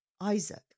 Isaac